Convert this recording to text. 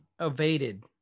evaded